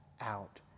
out